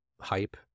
hype